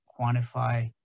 quantify